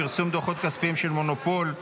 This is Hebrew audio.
פרסום דוחות כספיים של מונופול),